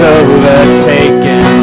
overtaken